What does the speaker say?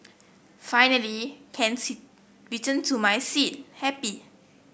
finally can return to my seat happy